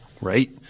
right